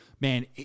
Man